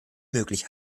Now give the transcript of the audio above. möglich